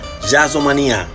Jazzomania